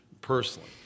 personally